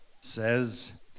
says